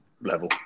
level